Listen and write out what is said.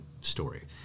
story